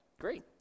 great